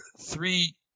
three